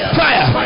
fire